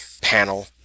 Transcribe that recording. panel